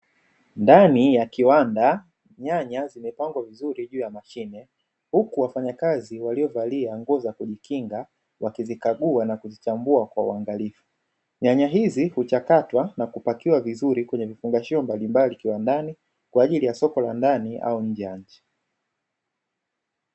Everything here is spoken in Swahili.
Ndani ya kiwanda, nyanya zimepangwa vizuri juu ya mashine, huku wafanyakazi waliovalia nguo za kujikinga wakizikagua na kuzichambua kwa uangalifu. Nyanya hizi huchakatwa na kupakiwa vizuri kwenye vifungashio mbalimbali kiwandani kwa ajili ya soko la ndani au nje ya nchi.